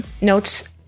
notes